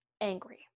angry